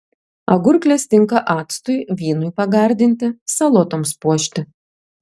agurklės tinka actui vynui pagardinti salotoms puošti